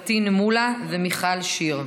פטין מולא ומיכל שיר,